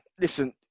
listen